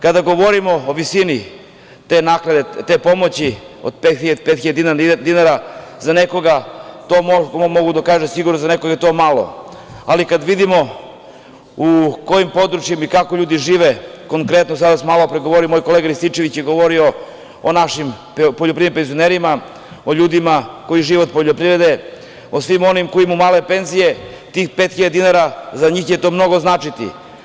Kada govorimo o visini te naknade, te pomoći od 5.000 dinara, za nekoga, mogu da kažem sigurno, za nekoga je to malo, ali kada vidimo u kojim područjima i kako ljudi žive, konkretno, malopre je govorio moj kolega Rističević o našim poljoprivrednim penzionerima, o ljudima koji žive od poljoprivrede, o svima onima koji imaju male penzije, tih 5000 dinara za njih će to mnogo značiti.